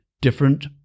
different